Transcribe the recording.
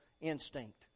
instinct